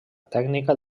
tècnica